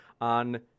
on